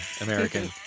American